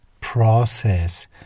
process